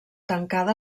tancada